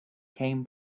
came